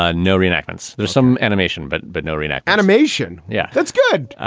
ah no, reenactments. there's some animation, but but no arena animation. yeah, that's good.